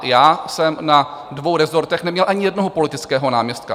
Já jsem na dvou rezortech neměl ani jednoho politického náměstka.